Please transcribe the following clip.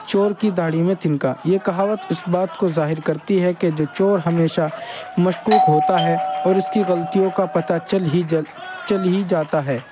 چور کی داڑھی میں تنکا یہ کہاوت اس بات کو ظاہر کرتی ہے کہ جو چور ہمیشہ مشکوک ہوتا ہے اور اس کی غلطیوں کا پتا چل ہی چل ہی جاتا ہے